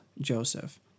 Joseph